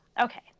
okay